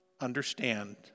understand